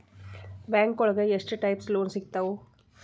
ಬ್ಯಾಂಕೋಳಗ ಎಷ್ಟ್ types loan ಸಿಗ್ತಾವ?